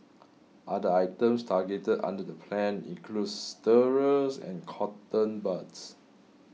other items targeted under the plan include stirrers and cotton buds